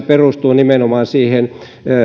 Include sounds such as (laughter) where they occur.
(unintelligible) perustuu nimenomaan